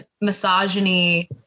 misogyny